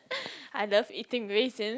I love eating raisin